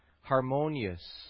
harmonious